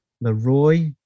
Leroy